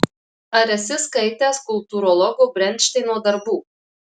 ar esi skaitęs kultūrologo brenšteino darbų